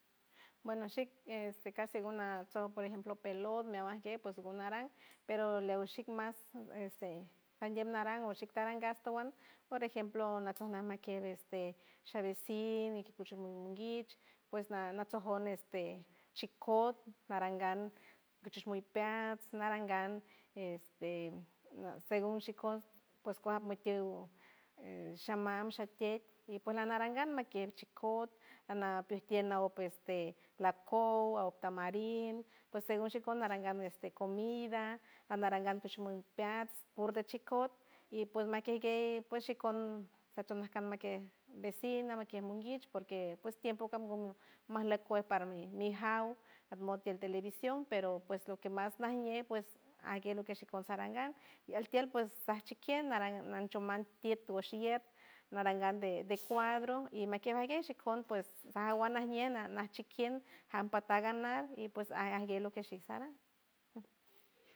Bueno shik este casi nguna soj por ejemplo pelot meawan guej pues ngonaran, pero leo shik mas este, jandiem narang oshik narang gasto por ejemplo natsoma, kej este sha vecin ñikush pues monguich, pues naj- najsojon este chikot narangan guchuj muy peat narangan este según shikoj pues kuaj mitiw, sha mam, sha tiet y pues lanarangan mikier shikot ana puej tiet oniel pue este lakow o tamarin, pues según shikon narangan este comida, anarangan tushmun peats pur de shikot y pues makiej guey pues shikon, satan makiej vecina makiej monguich, porque pues tiempo kam gume majleck parman mi jaw, at mod tiel televison pero pues lo que mas najñe pues, ajgue lo que shikon sarangan, altiel pues saj chiquien narang nanchoman tiet wush iet, narangan de cuadro y makiej ajguey shikon pues majawan najñe naj- naj chiquien jam pata ganar y ps agaj guej lo que shi saran.